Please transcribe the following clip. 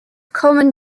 common